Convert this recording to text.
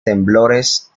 temblores